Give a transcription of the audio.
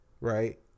Right